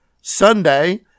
Sunday